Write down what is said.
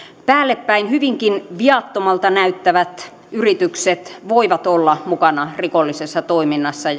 päällepäin hyvinkin viattomalta näyttävät yritykset voivat olla mukana rikollisessa toiminnassa